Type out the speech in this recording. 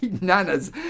nana's